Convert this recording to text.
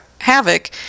havoc